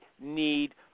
need